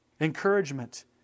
encouragement